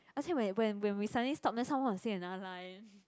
而且 when when when we suddenly stop then someone will say another line